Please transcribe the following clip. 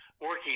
working